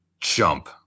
jump